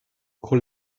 con